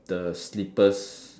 the slippers